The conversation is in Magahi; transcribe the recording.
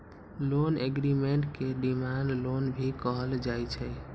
लोन एग्रीमेंट के डिमांड लोन भी कहल जा हई